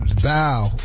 thou